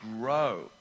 grow